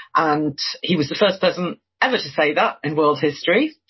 and he was the first person ever to say that in world history.